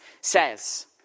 says